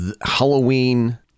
Halloween